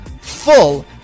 full